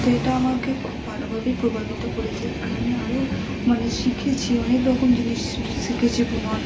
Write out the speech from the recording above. তো এটা আমাকে খুব ভালোভাবেই প্রভাবিত করেছে আর আমি আরও মানে শিখেছি অনেক রকম জিনিস ওটার শিখেছি বুনন